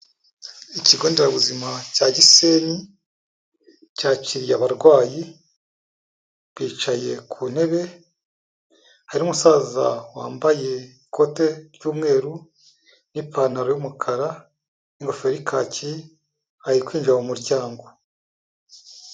Ikigo nderabuzima cya Gisenyi cyakiriye abarwayi bicaye ku ntebe hari umusaza wambaye ikote ry'umweru n'ipantaro y'umukara n'ingofero y'ikaki ari kwinjira mu muryango.